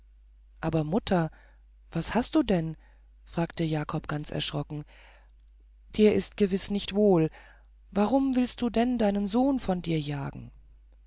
aber mutter was hast du denn fragte jakob ganz erschrocken dir ist gewiß nicht wohl warum willst du denn deinen sohn von dir jagen